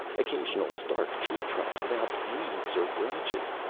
occasional stark tree trunks, without leaves or branches.